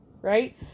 Right